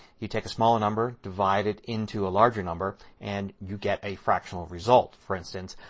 you take a smaller number, divide it into a larger number and you get a fractional result. for instance,